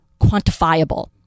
quantifiable